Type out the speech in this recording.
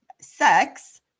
sex